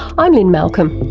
i'm lynne malcolm